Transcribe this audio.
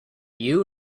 you